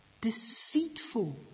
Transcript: deceitful